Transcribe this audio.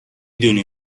دونی